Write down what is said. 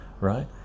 right